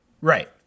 right